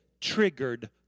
triggered